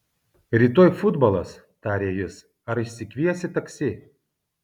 rytoj futbolas tarė jis ar išsikviesi taksi